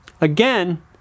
Again